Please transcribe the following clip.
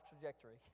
trajectory